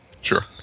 Sure